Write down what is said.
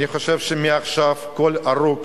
אני חושב שמעכשיו כל הרוג